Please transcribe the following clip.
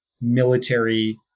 military